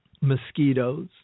mosquitoes